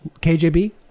kjb